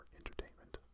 entertainment